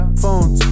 phones